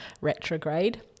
retrograde